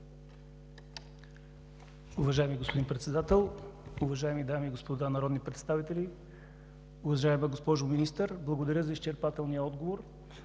Уважаеми господин Председател, уважаеми дами и господа народни представители! Уважаема госпожо Министър, благодаря за изчерпателния отговор.